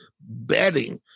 betting